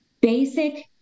basic